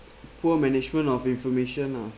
poor management of information ah